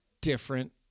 different